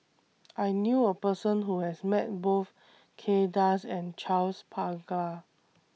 I knew A Person Who has Met Both Kay Das and Charles Paglar